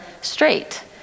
straight